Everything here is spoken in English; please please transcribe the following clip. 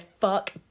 fuck